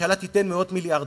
שהמדינה תיתן מאות מיליארדים,